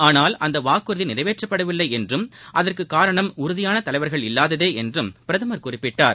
ஆனால் அந்த வாக்குறதி நிறைவேற்றப்படவில்லை என்றும் அதற்கு காரணம் உறுதியான தலைவர்கள் இல்லாததே என்றும் பிரதமர் குறிப்பிட்டார்